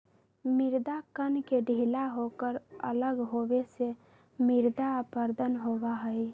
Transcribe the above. मृदा कण के ढीला होकर अलग होवे से मृदा अपरदन होबा हई